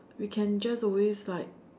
we can just always like